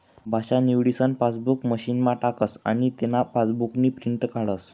भाषा निवडीसन पासबुक मशीनमा टाकस आनी तेना पासबुकनी प्रिंट काढस